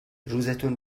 روزتون